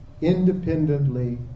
independently